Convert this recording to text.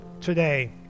today